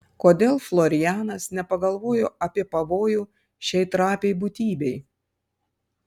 kodėl florianas nepagalvojo apie pavojų šiai trapiai būtybei